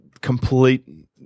complete